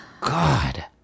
God